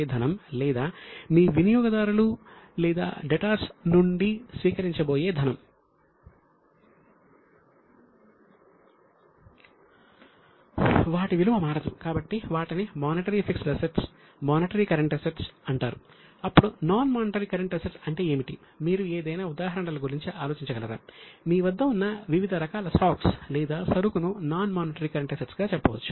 debtors లేదా సరుకు ను నాన్ మానిటరీ కరెంట్ అసెట్స్ గా చెప్పవచ్చు